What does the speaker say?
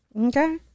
Okay